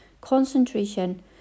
concentration